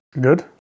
Good